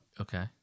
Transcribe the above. Okay